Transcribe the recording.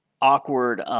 awkward